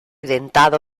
dentado